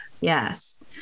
yes